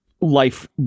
life